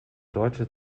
deutsche